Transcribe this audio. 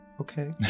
Okay